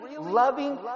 loving